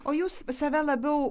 o jūs save labiau